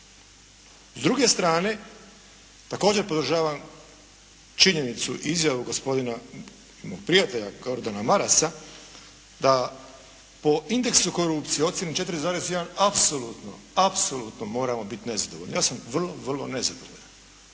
S druge strane, također podržavam činjenicu i izjavu gospodina moga prijatelja Gordana Marasa da po indeksu korupcije ocjena 4,1 apsolutno, apsolutno moramo biti nezadovoljni, ja sam vrlo, vrlo nezadovoljan.